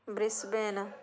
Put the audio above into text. Brisbane